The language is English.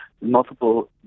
multiple